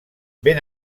ben